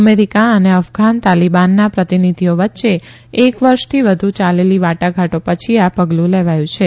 America અને અફઘાન તાલીબાનના પ્રતિનિધિઓ વચ્ચે એક વર્ષથી વધુ યાલેલી વાટાઘાટો પછી આ પગલુ લેવાયું છે